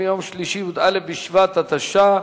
אתה מבין שהיום צריך להודיע מראש על, בעד, 5,